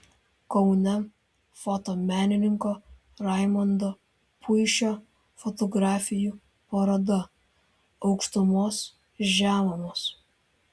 kaune fotomenininko raimondo puišio fotografijų paroda aukštumos žemumos